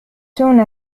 tuna